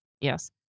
Yes